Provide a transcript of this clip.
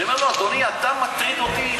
אני אומר לו: אדוני, אתה מטריד אותי.